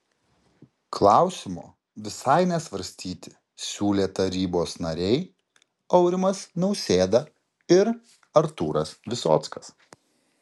klausimo visai nesvarstyti siūlė tarybos nariai aurimas nausėda ir artūras visockas